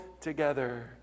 together